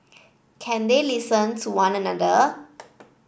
can they listen to one another